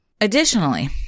Additionally